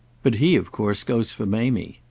but he of course goes for mamie.